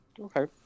Okay